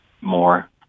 more